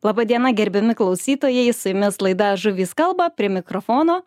laba diena gerbiami klausytojai su jumis laida žuvys kalba prie mikrofono